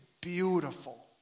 beautiful